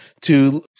to-